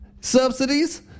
Subsidies